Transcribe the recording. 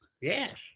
Yes